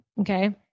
Okay